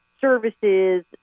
services